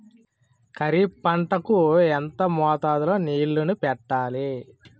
ఖరిఫ్ పంట కు ఎంత మోతాదులో నీళ్ళని పెట్టాలి?